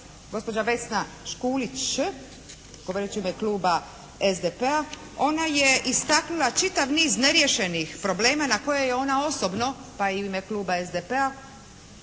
gospođa Vesna Škulić, govoreći u ime kluba SDP-a, ona je istaknula čitav niz neriješenih problema na koje je ona osobno pa i u ime kluba SDP-a